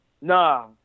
Nah